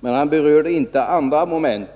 Men han berörde inte ett annat moment